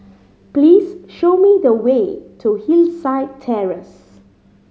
please show me the way to Hillside Terrace